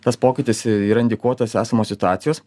tas pokytis yra indikuotinas esamos situacijos